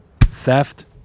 Theft